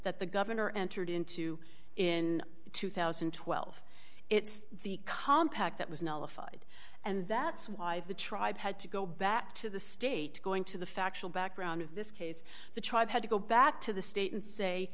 that the governor entered into in two thousand and twelve it's the compact that was nella fide and that's why the tribe had to go back to the state going to the factual background of this case the tribe had to go back to the state and say